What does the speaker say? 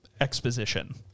exposition